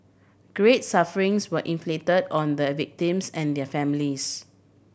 great sufferings were inflict on the a victims and their families